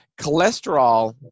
cholesterol